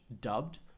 Dubbed